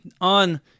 on